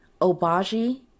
Obagi